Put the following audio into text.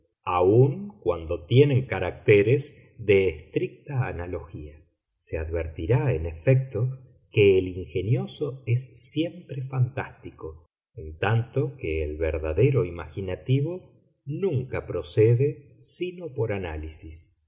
aun cuando tienen caracteres de estricta analogía se advertirá en efecto que el ingenioso es siempre fantástico en tanto que el verdadero imaginativo nunca procede sino por análisis